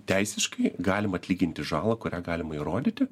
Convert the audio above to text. teisiškai galima atlyginti žalą kurią galima įrodyti